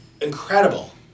incredible